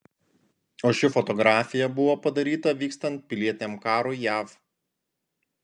o ši fotografija buvo padaryta vykstant pilietiniam karui jav